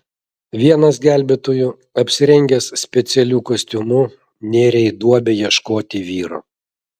vienas gelbėtojų apsirengęs specialiu kostiumu nėrė į duobę ieškoti vyro